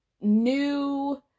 new